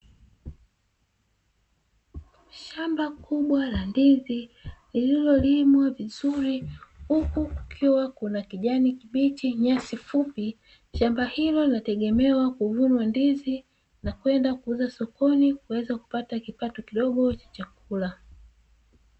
Shamba kubwa la ndizi lililolimwa vizuri huku kukiwa kuna kijani kibichi na nyasi fupi, shamba hilo linategemea kuvunwa ndizi na kwenda kuuzwa sokoni na kuweza kupata kipato kidogo cha chakula.